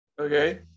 okay